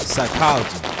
Psychology